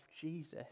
Jesus